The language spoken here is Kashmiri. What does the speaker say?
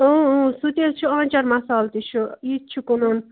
سُہ تہِ حظ چھُ آنٛچار مصالہٕ تہِ چھُ یہِ تہِ چھُ کٕنُن